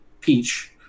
Peach